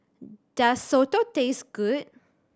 does soto taste good